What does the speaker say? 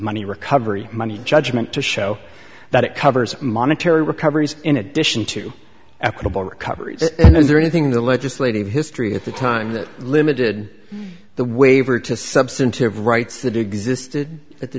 money recovery money judgment to show that it covers monetary recoveries in addition to equitable recoveries and is there anything in the legislative history at the time that limited the waiver to substantive rights that existed at the